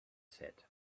said